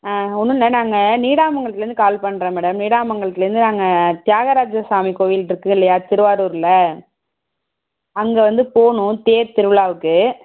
ஆ ஒன்றும் இல்லை நாங்கள் நீடாமங்கலத்திலேருந்து கால் பண்ணுறோம் மேடம் நீடாமங்கலத்திலேருந்து அங்கே தியாகராஜ சாமி கோயில்ருக்குது இல்லையா திருவாரூரில் அங்கே வந்து போகணும் தேர் திருவிழாவுக்கு